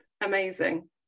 amazing